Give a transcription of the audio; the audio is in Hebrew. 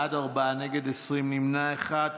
בעד, שלושה, נגד, 20, נמנע אחד.